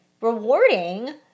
rewarding